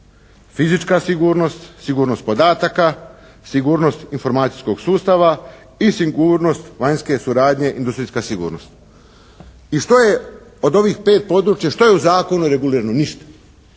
fizička sigurnost, sigurnost podataka, sigurnost informacijskog sustava i sigurnost vanjske suradnje, industrijska sigurnost. I što je od ovih 5 područja, što je u zakonu regulirano? Ništa.